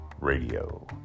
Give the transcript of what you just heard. Radio